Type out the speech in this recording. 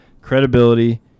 Credibility